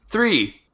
Three